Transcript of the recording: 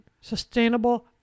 sustainable